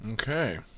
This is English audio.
Okay